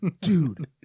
Dude